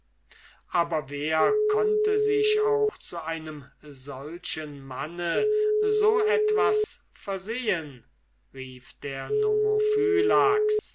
aber wer konnte sich auch zu einem solchen manne so etwas versehen rief der